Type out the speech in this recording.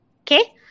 okay